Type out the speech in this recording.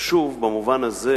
חשוב במובן הזה